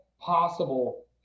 possible